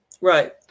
Right